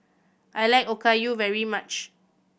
I like Okayu very much